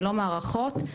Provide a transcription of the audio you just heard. ללא מערכות.